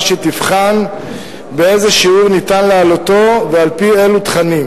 שתבחן באיזה שיעור ניתן להעלותו ועל-פי אילו תכנים.